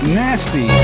nasty